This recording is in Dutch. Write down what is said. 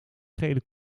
gele